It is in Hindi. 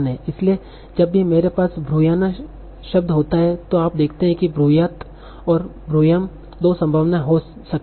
इसलिए जब भी मेरे पास 'bruyana' ब्रुयाना शब्द होता है तो आप देखते हैं कि 'bruyat' ब्रूयाट और 'bruyam'ब्रूयम दो संभावनाएँ हो सकती हैं